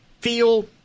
feel